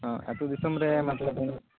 ᱚ ᱟᱹᱛᱩ ᱫᱤᱥᱚᱢ ᱨᱮ ᱢᱚᱛᱚᱞᱚᱵ